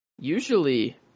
Usually